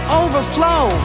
overflow